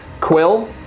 Quill